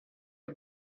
had